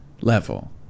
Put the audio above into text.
level